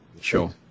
Sure